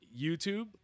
YouTube